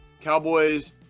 Cowboys